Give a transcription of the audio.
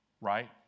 right